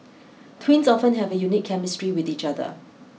twins often have a unique chemistry with each other